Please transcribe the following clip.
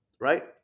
right